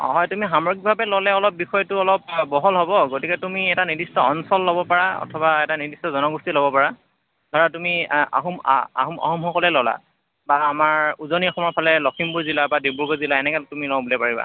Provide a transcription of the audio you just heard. অঁ হয় তুমি সামগ্ৰিকভাৱে ল'লে অলপ বিষয়টো অলপ বহল হ'ব গতিকে তুমি এটা নিৰ্দিষ্ট অঞ্চল ল'ব পাৰা অথবা নিৰ্দিষ্ট এটা জনগোষ্ঠী ল'ব পাৰা ধৰা তুমি এই আহোম আহোম আহোমসকলেই ল'লা বা আমাৰ উজনি অসমৰ ফালে লখিমপুৰ জিলা বা ডিব্ৰুগড় জিলা এনেকৈ তুমি লওঁ বুলিলে পাৰিবা